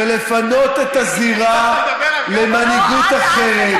ולפנות את הזירה למנהיגות אחרת?